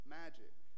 magic